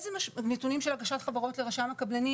נתונים של הגשת חברות לרשם הקבלנים